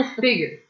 Bigger